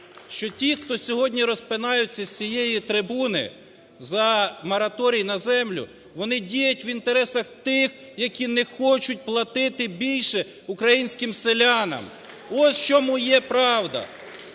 що ті, хто сьогодні розпинаються з цієї трибуни за мораторій на землю, вони діють в інтересах тих, які не хочуть платити більше українським селянам. Ось в чому є правда.